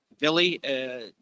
Billy